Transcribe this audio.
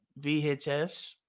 VHS